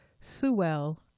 Sewell